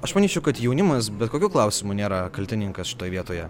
aš manyčiau kad jaunimas bet kokiu klausimu nėra kaltininkas šitoj vietoje